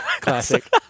Classic